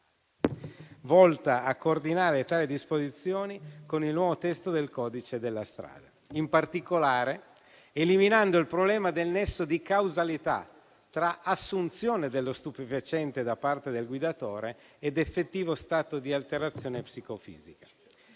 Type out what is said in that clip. volta a coordinare tali disposizioni con il nuovo testo del codice della strada, in particolare eliminando il problema del nesso di causalità tra assunzione dello stupefacente da parte del guidatore ed effettivo stato di alterazione psicofisica.